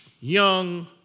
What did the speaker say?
young